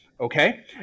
Okay